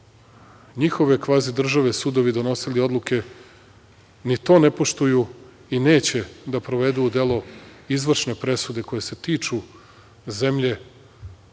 njihove kvazi države, sudovi, donosili odluke, ni to ne poštuju i neće da provedu u delo izvršne presude koje se tiču zemlje